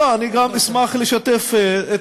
אני גם אשמח לשתף.